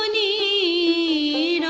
e